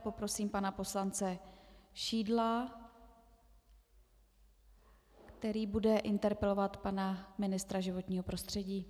Poprosím pana poslance Šidla, který bude interpelovat pana ministra životního prostředí.